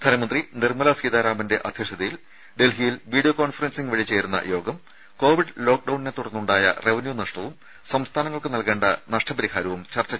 ധനമന്ത്രി നിർമ്മലാ സീതാരാമന്റെ അധ്യക്ഷതയിൽ ഡൽഹിയിൽ വീഡിയോ കോൺഫറൻസിംഗ് വഴി ചേരുന്ന യോഗം കോവിഡ് ലോക്ഡൌണിനെത്തുടർന്നുണ്ടായ റവന്യൂ നഷ്ടവും സംസ്ഥാനങ്ങൾക്ക് നൽകേണ്ട നഷ്ടപരിഹാരവും ചർച്ച ചെയ്യും